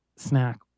Snack